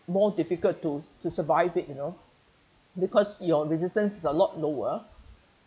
more difficult to to survive it you know because your resistance is a lot lower